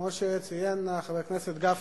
שכמו שציין חבר הכנסת גפני,